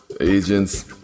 Agents